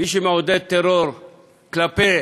מי שמעודד טרור כלפי